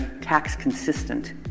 tax-consistent